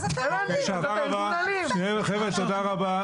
תודה רבה.